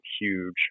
huge